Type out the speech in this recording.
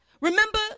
Remember